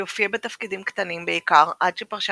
היא הופיעה בתפקידים קטנים בעיקר עד שפרשה